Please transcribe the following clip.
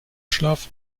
schlaf